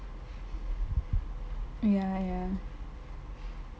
ya ya